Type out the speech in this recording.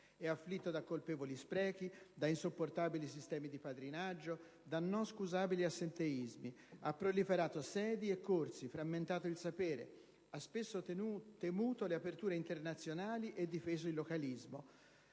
È afflitto da colpevoli sprechi, da insopportabili sistemi di padrinaggio, da non scusabili assenteismi; ha proliferato sedi e corsi, ha frammentato il sapere; ha spesso temuto le aperture internazionali e difeso il localismo.